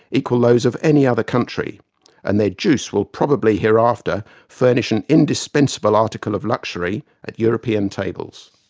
equal those of any other country' and their juice will probably hereafter furnish an indispensable article of luxury at european tables.